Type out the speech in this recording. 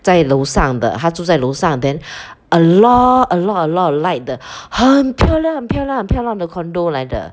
在楼上的他住在楼上 then a lot a lot a lot of light 的很漂亮很漂亮很漂亮的 condo 来的